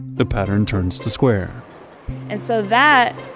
the pattern turns to square and so that,